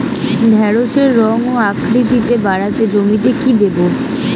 ঢেঁড়সের রং ও আকৃতিতে বাড়াতে জমিতে কি দেবো?